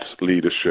leadership